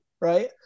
Right